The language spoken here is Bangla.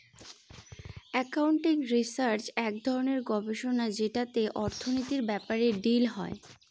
একাউন্টিং রিসার্চ এক ধরনের গবেষণা যেটাতে অর্থনীতির ব্যাপারে ডিল হয়